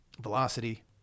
velocity